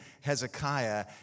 Hezekiah